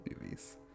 movies